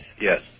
Yes